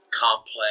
complex